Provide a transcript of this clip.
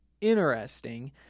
interesting